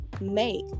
make